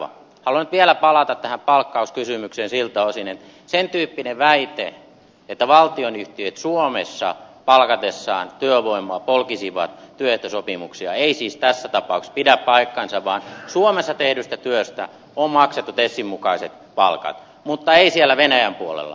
haluan nyt vielä palata tähän palkkauskysymykseen siltä osin että sen tyyppinen väite että valtionyhtiöt suomessa palkatessaan työvoimaa polkisivat työehtosopimuksia ei siis tässä tapauksessa pidä paikkaansa vaan suomessa tehdystä työstä on maksettu tesin mukaiset palkat mutta ei siellä venäjän puolella